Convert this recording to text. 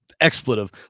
expletive